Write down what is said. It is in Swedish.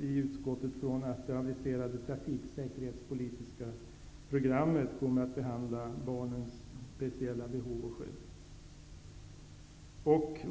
Utskottet utgår också från att det aviserade trafiksäkerhetspolitiska programmet även kommer att behandla barnens speciella behov och skydd.